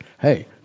hey